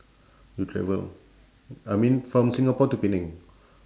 you travel I mean from singapore to penang